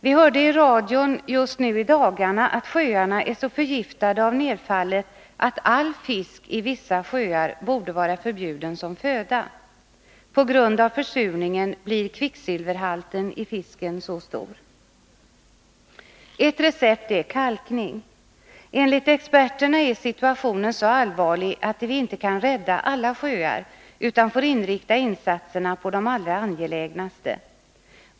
Vi hörde i radion just nu i dagarna att sjöarna är så förgiftade av nedfallet, att all fisk i vissa sjöar borde vara förbjuden som föda. På grund av försurningen blir kvicksilverhalten i fisken så stor. Ett recept är kalkning. Enligt experterna är situationen så allvarlig att vi inte kan rädda alla sjöar, utan vi får inrikta insatserna på de allra angelägnaste.